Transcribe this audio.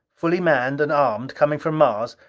fully manned and armed, coming from mars,